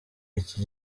iki